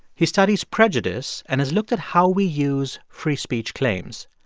he studies prejudice and has looked at how we use free speech claims.